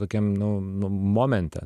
tokiam nu nu momente